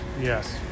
yes